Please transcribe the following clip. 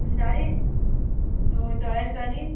आनी जाली होय तयार जाली